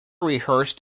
rehearsed